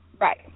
Right